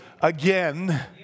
again